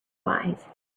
wise